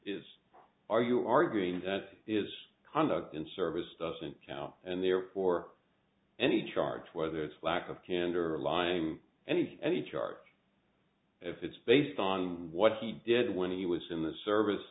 is are you arguing that is conduct in service doesn't count and therefore any charge whether it's lack of candor lying anything any charge if it's based on what he did when he was in the service